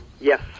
Yes